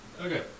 Okay